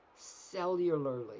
cellularly